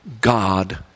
God